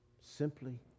simply